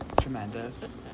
Tremendous